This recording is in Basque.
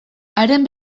haren